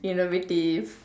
innovative